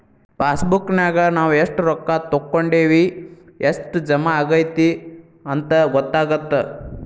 ಪಾಸಬುಕ್ನ್ಯಾಗ ನಾವ ಎಷ್ಟ ರೊಕ್ಕಾ ತೊಕ್ಕೊಂಡಿವಿ ಎಷ್ಟ್ ಜಮಾ ಆಗೈತಿ ಅಂತ ಗೊತ್ತಾಗತ್ತ